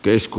kesku